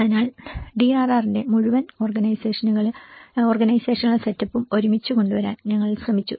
അതിനാൽ ഡിആർആറിന്റെ മുഴുവൻ ഓർഗനൈസേഷണൽ സെറ്റപ്പും ഒരുമിച്ച് കൊണ്ടുവരാൻ ഞങ്ങൾ ശ്രമിച്ചു